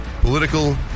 Political